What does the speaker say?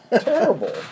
terrible